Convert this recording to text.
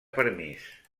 permís